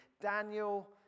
Daniel